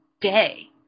day